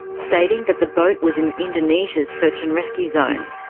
stating that the boat was in indonesia's search and rescue zone.